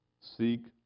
Seek